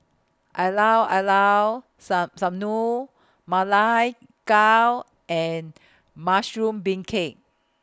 Iiao Liao Sun Sanum Ma Lai Gao and Mushroom Beancurd